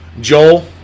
Joel